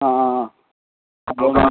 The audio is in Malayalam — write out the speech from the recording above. ആ ആ ആ അത് ഒന്ന്